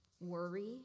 Worry